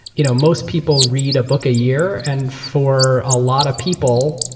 you know most people read a book a year and for a lot of people,